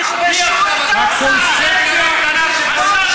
תכבשו את עזה.